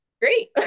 Great